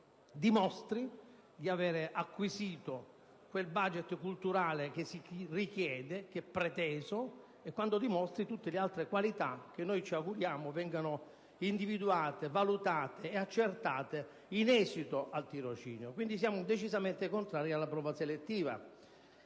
dimostri di aver acquisito quel livello culturale che si richiede, che è preteso, e quando dimostri tutte le altre qualità che noi ci auguriamo vengano individuate, valutate e accertate in esito al tirocinio. Quindi siamo decisamente contrari alla prova selettiva.